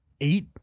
eight